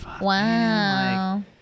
Wow